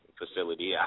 facility